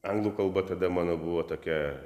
anglų kalba tada mano buvo tokia